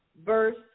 verse